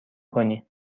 کنی